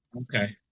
okay